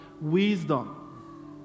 wisdom